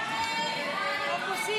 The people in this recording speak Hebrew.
הצבעה.